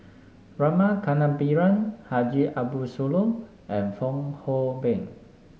Rama Kannabiran Haji Ambo Sooloh and Fong Hoe Beng